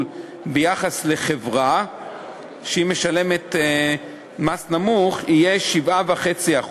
ביחס לחברה שמשלמת מס נמוך יהיה 7.5%,